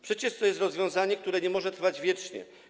Przecież to jest rozwiązanie, które nie może trwać wiecznie.